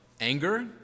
anger